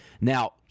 Now